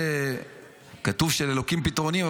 כתוב שלאלוקים פתרונים,